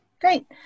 Great